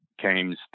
came